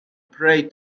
prey